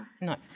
No